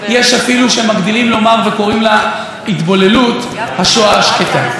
יש אפילו שמגדילים לומר וקוראים להתבוללות השואה השקטה.